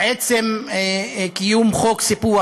עצם קיום חוק סיפוח,